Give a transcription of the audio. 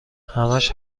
همش